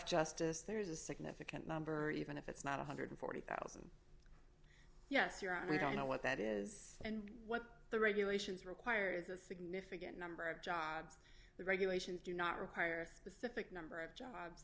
justice there is a significant number or even if it's not one hundred and forty thousand yes you're i don't know what that is and what the regulations require is a significant number of jobs the regulations do not require a specific number of jobs